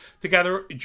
together